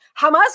Hamas